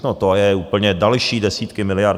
To je úplně... další desítky miliard.